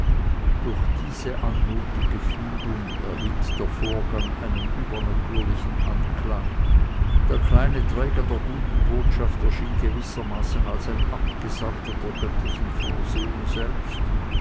durch diese anmutige fügung erhielt der vorgang einen übernatürlichen anklang der kleine träger der guten botschaft erschien gewissermaßen als ein abgesandter der göttlichen vorsehung selbst